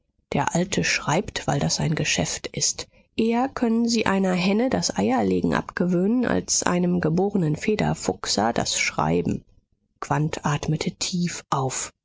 der alte schreibt weil das sein geschäft ist eher können sie einer henne das eierlegen abgewöhnen als einem geborenen federfuchser das schreiben quandt atmete tief auf